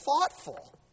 thoughtful